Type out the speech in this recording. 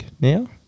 now